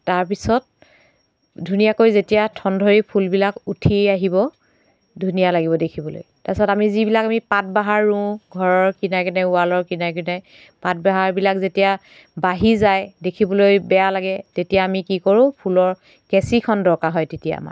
তাৰপিছত ধুনীয়াকৈ যেতিয়া ঠন ধৰি ফুলবিলাক উঠি আহিব ধুনীয়া লাগিব দেখিবলৈ তাৰপাছত যিবিলাক আমি পাতবাহাৰ ৰুওঁ ঘৰৰ কিনাৰে কিনাৰে ৱালৰ কিনাৰে কিনাৰে পাতবাহাৰবিলাক যেতিয়া বাঢ়ি যায় দেখিবলৈ বেয়া লাগে তেতিয়া আমি কি কৰোঁ ফুলৰ কেঁচিখন দৰকাৰ হয় তেতিয়া আমাৰ